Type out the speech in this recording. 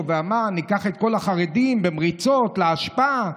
ואמר: ניקח את כל החרדים במריצות לאשפה,